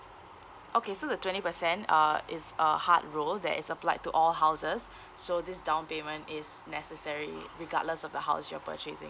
okay so the twenty percent uh is a hard rule that is applied to all houses so this down payment is necessary regardless of the house you're purchasing